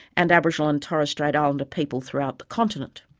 and aboriginal and torres strait islander people throughout the continent.